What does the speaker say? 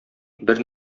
бер